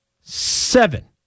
Seven